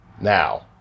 now